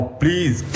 please।